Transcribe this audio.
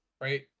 right